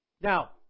Now